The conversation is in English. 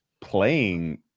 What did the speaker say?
playing